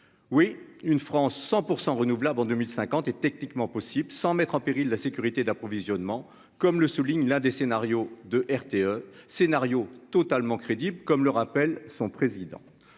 oui, une France 100 % renouvelable en 2050 est techniquement possible sans mettre en péril la sécurité d'approvisionnement, comme le souligne l'un des scénarios de RTE scénario totalement crédible, comme le rappelle son président,